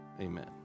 Amen